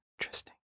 Interesting